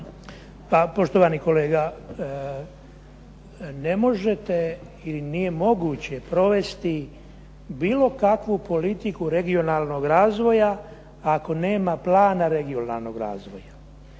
poštovani kolega, ne možete i nije moguće provesti bilo kakvu politiku regionalnog razvoja, ako nema plana regionalnog razvoja.